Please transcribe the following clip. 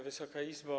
Wysoka Izbo!